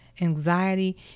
anxiety